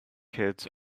kids